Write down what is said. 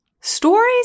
Stories